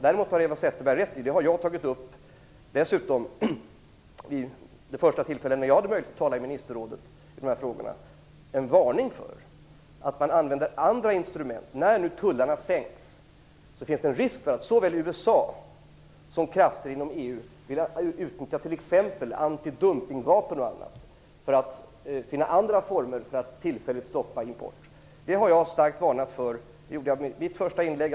Däremot har Eva Zetterberg rätt i att det finns faror. Vid det första tillfälle då jag hade möjlighet att tala i ministerrådet kring dessa frågor utfärdade jag en varning för att använda andra instrument. När tullarna sänks finns det en risk för att såväl USA som krafter inom EU vill utnyttja t.ex. antidumpningsvapen och annat för att tillfälligt stoppa import. Det har jag varnat för. Det gjorde jag, som sagt, i mitt första inlägg.